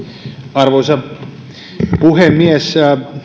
arvoisa puhemies